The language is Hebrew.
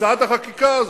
הצעת החקיקה הזאת.